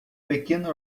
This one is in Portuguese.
pequena